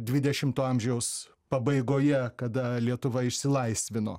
dvidešimto amžiaus pabaigoje kada lietuva išsilaisvino